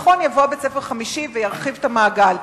נכון, יבוא בית-ספר חמישי וירחיב את המעגל,